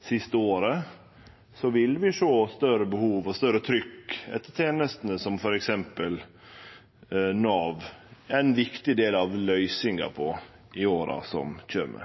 siste året, vil vi sjå større behov for og større trykk etter tenestene som f.eks. Nav er ein viktig del av løysinga på, i åra som kjem.